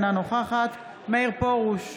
אינה נוכחת מאיר פרוש,